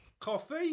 coffee